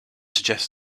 suggests